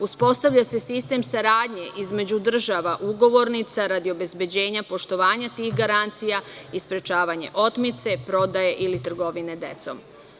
Uspostavlja se sistem saradnje između država ugovornica radi obezbeđenja poštovanja tih garancija i sprečavanje otmice, prodaje, ili trgovine decom.